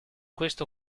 questa